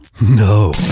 No